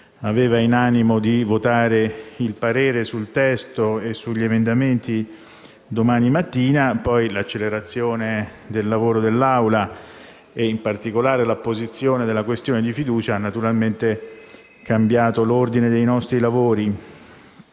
aveva in animo di votare il parere sul testo e sugli emendamenti domani mattina, ma l'accelerazione del lavoro dell'Assemblea, e in particolare l'apposizione della questione di fiducia, ha cambiato l'ordine dei nostri lavori.